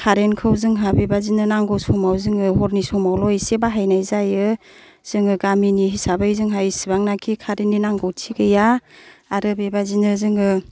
खारेनखौ जोंहा बेबायदिनो नांगौ समाव जोङो हरनि समावल' एसे बाहायनाय जायो जोङो गामिनि हिसाबै जोंहा इसिबां नाखि खारेननि नांगौथि गैया आरो बेबायदिनो जोङो